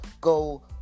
go